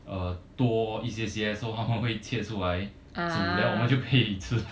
uh 多一些些 so 他们会切出来煮 then 我们就可以吃